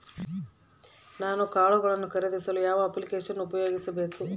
ನಾನು ಕಾಳುಗಳನ್ನು ಖರೇದಿಸಲು ಯಾವ ಅಪ್ಲಿಕೇಶನ್ ಉಪಯೋಗಿಸಬೇಕು?